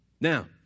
Now